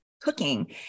cooking